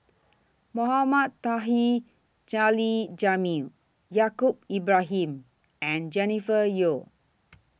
Mohamed Taha Jamil Yaacob Ibrahim and Jennifer Yeo